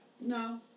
No